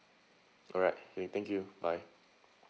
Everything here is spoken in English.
alright okay thank you bye